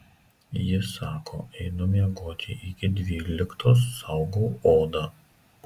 ji sako einu miegoti iki dvyliktos saugau odą